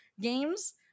games